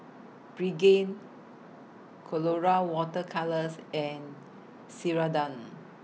Pregain Colora Water Colours and Ceradan